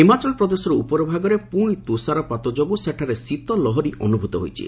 ହିମାଚଳ ପ୍ରଦେଶର ଉପରଭାଗରେ ପୁଣି ତୁଷାରପାତ ଯୋଗୁଁ ସେଠାରେ ଶୀତଲହରୀ ଅନୁଭୂତ ହୋଇଛି